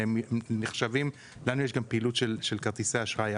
יש לנו גם פעילות של כרטיסי אשראי,